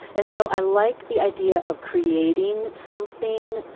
and so i like the idea of creating something.